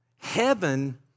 heaven